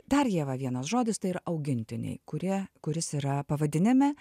dar ieva vienas žodis tai yra augintiniai kurie kuris yra pavadinime